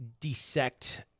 dissect